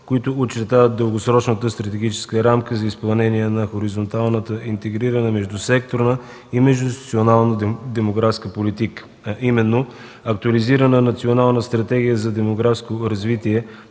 които очертават дългосрочната стратегическа рамка за изпълнение на хоризонталната интегрирана междусекторна и междуинституционална демографска политика, а именно актуализирана Национална стратегия за демографско развитие